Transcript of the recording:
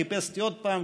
הוא חיפש אותי עוד פעם.